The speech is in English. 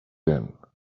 then